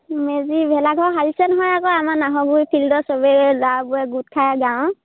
মেজি ভেলাঘৰ সাজিছে নহয় আকৌ আমাৰ নাহৰগুৰি ফিল্ডত চবেই ল'ৰাবোৰে গোট খায় গাঁৱৰ